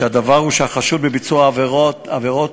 שהחשודים בביצוע העבירות